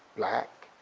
black,